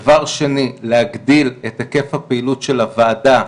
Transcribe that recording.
דבר שני, להגדיל את היקף הפעילות של הוועדה,